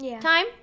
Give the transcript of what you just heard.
time